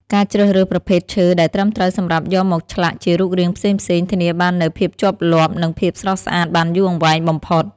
ការជ្រើសរើសប្រភេទឈើដែលត្រឹមត្រូវសម្រាប់យកមកឆ្លាក់ជារូបរាងផ្សេងៗ ធានាបាននូវភាពជាប់លាប់ និងភាពស្រស់ស្អាតបានយូរអង្វែងបំផុត។